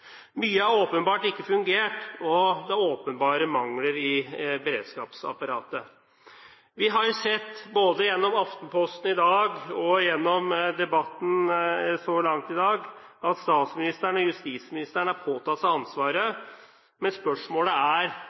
Mye har åpenbart ikke fungert, og det er åpenbare mangler i beredskapsapparatet. Vi har sett både gjennom Aftenposten i dag og gjennom debatten så langt i dag at statsministeren og justisministeren har påtatt seg ansvaret. Men spørsmålet er